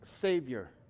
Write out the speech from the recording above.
savior